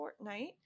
Fortnite